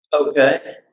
Okay